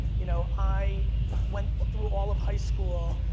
you know, i went through all of high school,